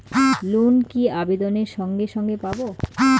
Loan কি আবেদনের সঙ্গে সঙ্গে পাব?